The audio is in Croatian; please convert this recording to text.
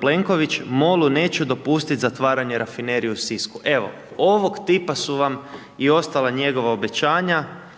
Plenković, MOL-u neću dopustiti zatvaranje rafinerije u Sisku. Evo, ovog tipa su vam i ostala njegova obećanja,